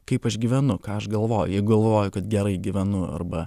kaip aš gyvenu ką aš galvoju jei galvoju kad gerai gyvenu arba